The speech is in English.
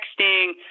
texting